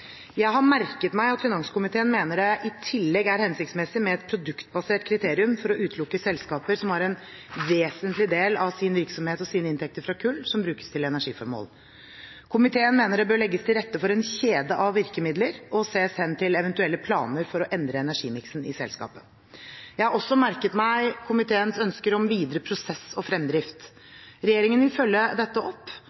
Jeg har merket meg at finanskomiteen mener det i tillegg er hensiktsmessig med et produktbasert kriterium for å utelukke selskaper som har en vesentlig del av sin virksomhet og sine inntekter fra kull som brukes til energiformål. Komiteen mener det bør legges til rette for en kjede av virkemidler og ses hen til eventuelle planer for å endre energimiksen i selskapet. Jeg har også merket meg komiteens ønsker om videre prosess og fremdrift. Regjeringen vil følge dette opp